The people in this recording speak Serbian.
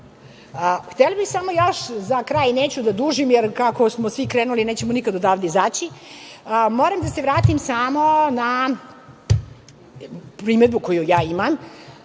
nisu. Htela bih još za kraj, neću da dužim jer kako smo svi krenuli nećemo nikada odavde izaći. Moram da se vratim samo na primedbu koju ja imam,